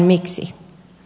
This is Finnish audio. miksi